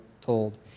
told